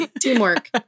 Teamwork